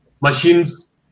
machines